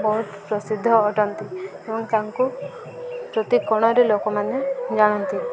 ବହୁତ ପ୍ରସିଦ୍ଧ ଅଟନ୍ତି ଏବଂ ତାଙ୍କୁ ପ୍ରତିକୋଣରେ ଲୋକମାନେ ଜାଣନ୍ତି